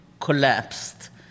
collapsed